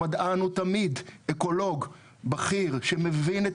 המדען הוא תמיד אקולוג בכיר שמבין את